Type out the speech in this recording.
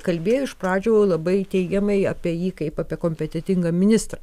kalbėjo iš pradžių labai teigiamai apie jį kaip apie kompetentingą ministrą